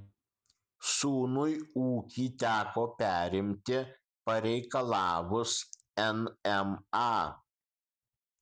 sūnui ūkį teko perimti pareikalavus nma